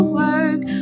work